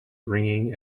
ringing